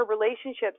relationships